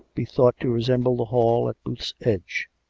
be thought to resemble the hall at booth's edge.